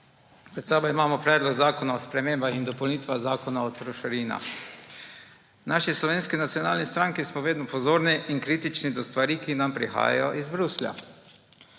Pred sabo imamo Predlog zakona o spremembah in dopolnitvah Zakona o trošarinah. V Slovenski nacionalni stranki smo vedno pozorni in kritični do stvari, ki nam prihajajo iz Bruslja.